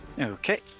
Okay